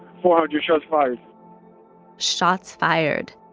four hundred, yeah shots fired shots fired.